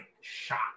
shot